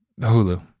hulu